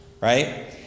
Right